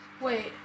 Wait